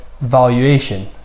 valuation